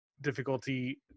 difficulty